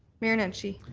mayor nenshi?